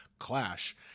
clash